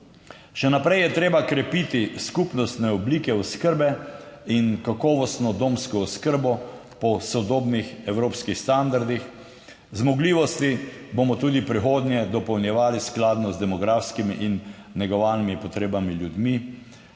Še naprej je treba krepiti skupnostne oblike oskrbe in kakovostno domsko oskrbo po sodobnih evropskih standardih. Zmogljivosti bomo tudi v prihodnje dopolnjevali skladno z demografskimi in negovalnimi potrebami ljudmi